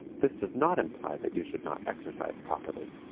this does not imply that you should not exercise properly.